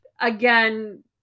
again